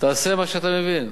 תעשה מה שאתה מבין.